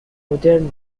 مدرن